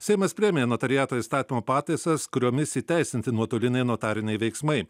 seimas priėmė notariato įstatymo pataisas kuriomis įteisinti nuotoliniai notariniai veiksmai